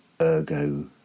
ergo